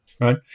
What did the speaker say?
right